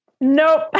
nope